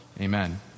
Amen